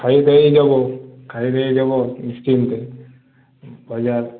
খেয়েদেয়ে যাবো খেয়ে দেয়ে যাবো নিশ্চিন্তে তাহলে আর